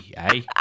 hey